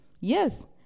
yes